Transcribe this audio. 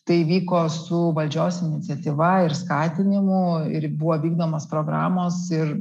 tai vyko su valdžios iniciatyva ir skatinimu ir buvo vykdomos programos ir